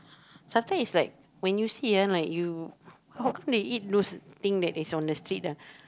sometime is like when you see ah like you how come they eat those thing that is on the street ah